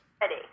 Ready